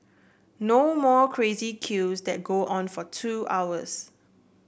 no more crazy queues that go on for two hours